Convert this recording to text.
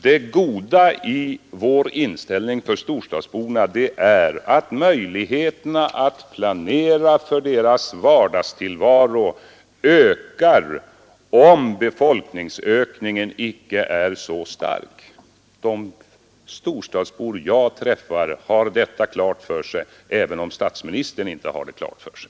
Det goda i vår inställning när det gäller storstadsborna är att möjligheterna att planera för deras vardagstillvaro ökar om befolknings ökningen icke är så stark. De storstadsbor jag träffar har detta klart för sig, även om statsministern inte har det klart för sig.